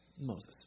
Moses